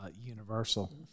Universal